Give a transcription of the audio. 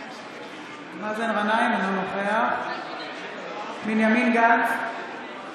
אינו נוכח בנימין גנץ,